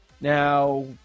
Now